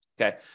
okay